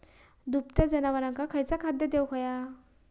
दुभत्या जनावरांका खयचा खाद्य देऊक व्हया?